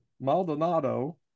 Maldonado